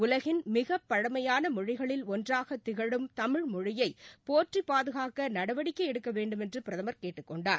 உலகின் மிகப்பழமையான மொழிகளில் ஒன்றாக திகழும் தமிழ்மொழியை போற்றி பாதுகாக்க நடவடிக்கை எடுக்க வேண்டுமென்று பிரதமர் கேட்டுக் கொண்டார்